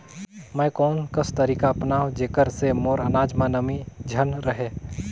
मैं कोन कस तरीका अपनाओं जेकर से मोर अनाज म नमी झन रहे?